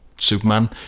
Superman